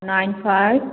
nine five